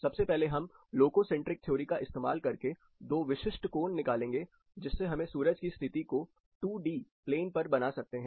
सबसे पहले हम लोको सेंट्रिक थ्योरी का इस्तेमाल करके दो विशिष्ट कोण निकालेंगे जिससे हम सूरज की स्थिति को 2 D प्लेन पर बना सकते हैं